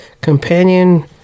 companion